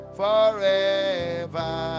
forever